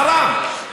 חראם.